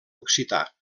occità